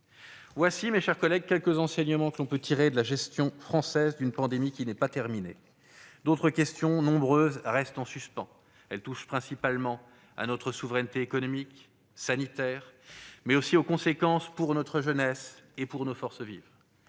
sont, mes chers collègues, les quelques enseignements que l'on peut tirer de la gestion française d'une pandémie qui n'est pas terminée. D'autres questions, nombreuses, restent en suspens. Elles touchent principalement à notre souveraineté économique et sanitaire, mais aussi aux conséquences de cette crise pour notre jeunesse et nos forces vives.